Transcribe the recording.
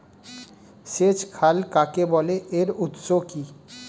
সেচ খাল কাকে বলে এর উৎস কি?